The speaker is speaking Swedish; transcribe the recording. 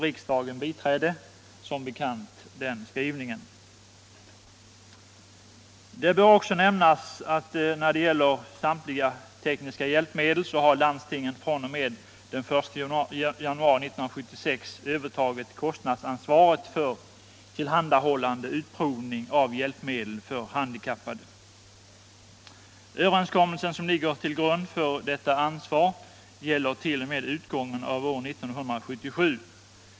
Riksdagen biträdde som bekant den skrivningen. | Det bör också nämnas att när det gäller samtliga tekniska hjälpmedel har landstingen fr.o.m. den 1 januari 1976 övertagit kostnadsansvaret för tillhandahållande och utprovning av hjälpmedel för handikappade. Den överenskommelse som ligger till grund härför gäller t.o.m. utgången av år 1977.